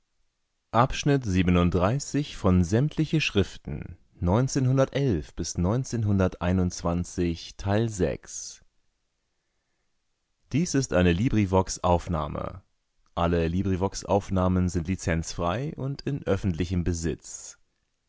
schon ist eine